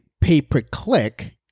pay-per-click